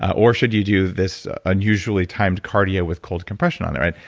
or should you do this unusually timed cardio with cold compression on it?